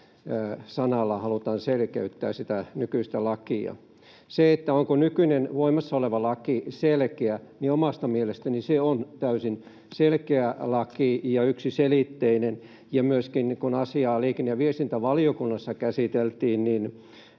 sanalla, halutaan selkeyttää sitä nykyistä lakia. Onko nykyinen voimassa oleva laki selkeä — omasta mielestäni se on täysin selkeä laki ja yksiselitteinen. Kun asiaa liikenne- ja viestintävaliokunnassa käsiteltiin,